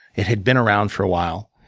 it had been around for a while.